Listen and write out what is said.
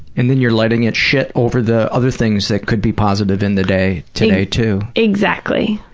and then you're letting it shit over the other things that could be positive in the day today, too. exactly.